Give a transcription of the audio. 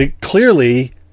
clearly